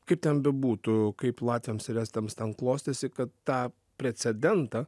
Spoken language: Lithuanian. kaip ten bebūtų kaip latviams ir estams ten klostėsi kad tą precedentą